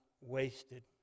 wasted